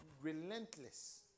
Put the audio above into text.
relentless